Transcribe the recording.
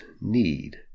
need